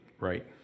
Right